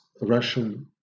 Russian